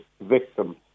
victims